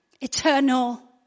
Eternal